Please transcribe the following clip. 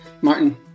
Martin